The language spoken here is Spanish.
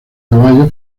caballo